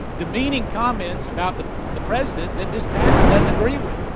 demeaning comments about the the president that ms. patton doesn't agree with.